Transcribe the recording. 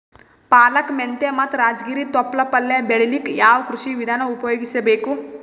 ಪಾಲಕ, ಮೆಂತ್ಯ ಮತ್ತ ರಾಜಗಿರಿ ತೊಪ್ಲ ಪಲ್ಯ ಬೆಳಿಲಿಕ ಯಾವ ಕೃಷಿ ವಿಧಾನ ಉಪಯೋಗಿಸಿ ಬೇಕು?